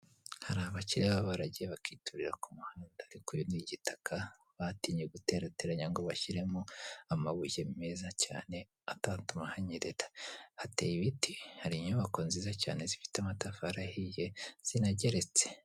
Hari abakire baba baragiye bakiturira ku muhanda, ariko uyu ni igitaka, batinye guterateranya ngo bashyiremo amabuye meza cyane atatuma hanyerera, hateye ibiti hari inyubako nziza cyane zifite amatafari ahiye zinageretse.